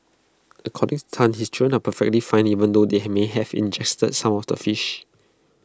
according to Tan his children are perfectly fine even though they have may have ingested some of the fish